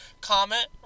Comment